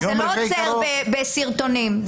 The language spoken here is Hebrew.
אתה לא עוצר בסרטונים.